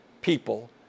people